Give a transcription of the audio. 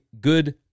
good